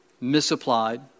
misapplied